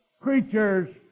creatures